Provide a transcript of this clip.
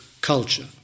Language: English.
culture